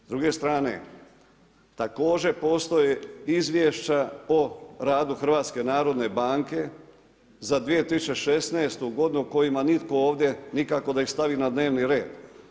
S druge strane, također postoje izvješća o radu HNB-a za 2016. godinu kojima nitko ovdje nikako da ih stavi nadnevni red.